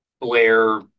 Blair